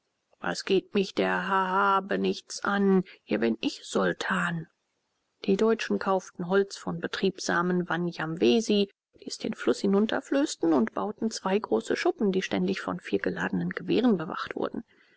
was geht mich der mahabenichts an hier bin ich sultan die deutschen kauften holz von betriebsamen wanjamwesi die es den fluß hinunterflößten und bauten zwei große schuppen die ständig von vier geladenen gewehren bewacht wurden